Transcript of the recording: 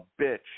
bitch